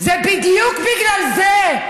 בדיוק בגלל זה.